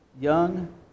young